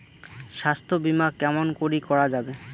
স্বাস্থ্য বিমা কেমন করি করা যাবে?